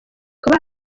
kuba